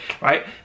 right